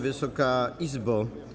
Wysoka Izbo!